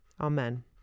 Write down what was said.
Amen